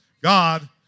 God